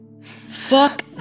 Fuck